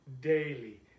Daily